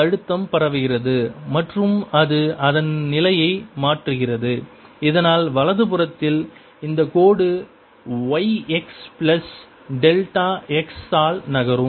இந்த அழுத்தம் பரவுகிறது மற்றும் அது அதன் நிலையை மாற்றுகிறது இதனால் வலது புறத்தில் இந்த கோடு y x plus delta x ஆல் நகரும்